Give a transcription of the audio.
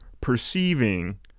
perceiving